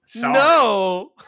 No